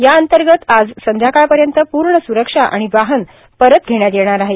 याअंतर्गत आज संध्याकाळपर्यंत पूर्ण सुरक्षा आणि वाहन परत धेण्यात येणार आहे